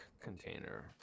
container